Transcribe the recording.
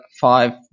five